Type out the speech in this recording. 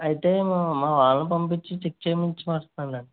ఐతే మా మా వాళ్లను పంపించి చెక్ చేయించి వస్తాంలే